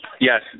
Yes